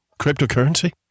cryptocurrency